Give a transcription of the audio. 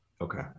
Okay